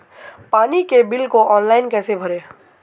पानी के बिल को ऑनलाइन कैसे भरें?